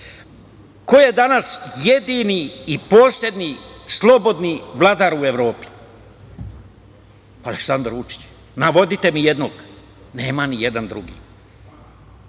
je danas jedini i poslednji slobodni vladar u Evropi? Pa, Aleksandar Vučić. Navedite mi i jednog. Nema nijedan drugi. Ko